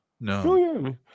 No